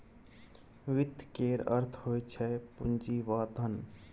वित्त केर अर्थ होइ छै पुंजी वा धन